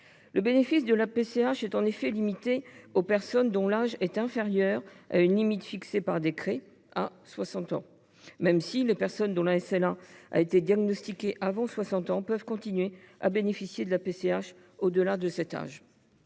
Le bénéfice de la PCH est en effet réservé aux personnes dont l’âge est inférieur à une limite fixée par décret à 60 ans, même si les personnes dont la SLA a été diagnostiquée avant cet âge peuvent continuer à bénéficier de cette